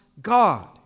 God